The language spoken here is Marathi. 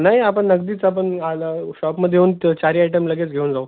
नाही आपण नगदीच आपण आला शॉपमध्ये येऊन तर चारही आयटम लगेच घेऊन जाऊ